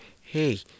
hey